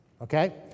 Okay